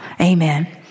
amen